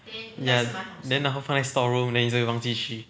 ya then 然后放在 storeroom then 你就会忘记去